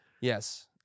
yes